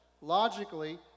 Logically